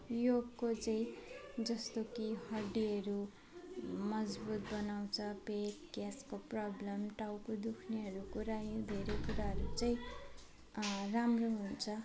योगको चाहिँ जस्तो कि हड्डीहरू मजबुत बनाउँछ पेट ग्यासको प्रब्लम टाउको दुख्नेहरू कुरा यी धेरै कुराहरू चाहिँ राम्रो हुन्छ